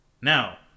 Now